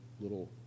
little